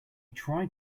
tried